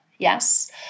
Yes